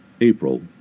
April